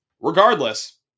Regardless